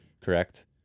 Correct